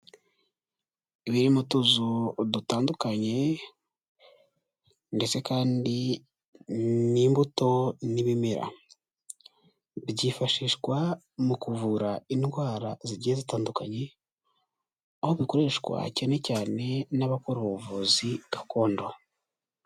Ibirimo utuzu dutandukanye, ndetse kandi n'imbuto n'ibimera, byifashishwa mu kuvura indwara zigiye zitandukanye. Aho bikoreshwa cyane cyane n'abakora ubuvuzi gakondo.